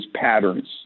patterns